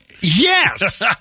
Yes